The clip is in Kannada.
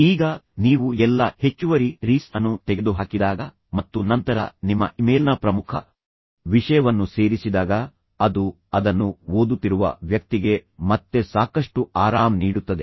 ಈಗ ನೀವು ಎಲ್ಲಾ ಹೆಚ್ಚುವರಿ ರೀಸ್ ಅನ್ನು ತೆಗೆದುಹಾಕಿದಾಗ ಮತ್ತು ನಂತರ ನಿಮ್ಮ ಇಮೇಲ್ನ ಪ್ರಮುಖ ವಿಷಯವನ್ನು ಸೇರಿಸಿದಾಗ ಅದು ಅದನ್ನು ಓದುತ್ತಿರುವ ವ್ಯಕ್ತಿಗೆ ಮತ್ತೆ ಸಾಕಷ್ಟು ಆರಾಮ ನೀಡುತ್ತದೆ